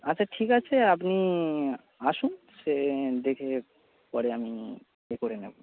আচ্ছা ঠিক আছে আপনি আসুন সে দেখে পরে আমি এ করে নেবো